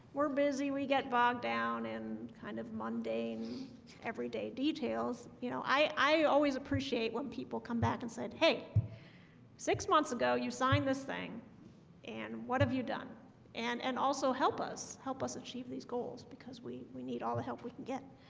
we're busy we get bogged down and kind of mundane everyday details, you know, i i always appreciate when people come back and said hey six months ago you signed this thing and what have you done and and also help us help us achieve these goals because we we need all the help we can get